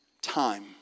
time